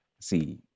see